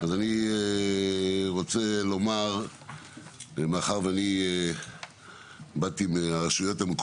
אני שמח ומודה לשרה, שהגיעה למרות שזה לא היה